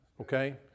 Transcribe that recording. okay